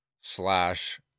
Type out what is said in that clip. slash